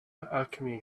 alchemy